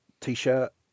t-shirt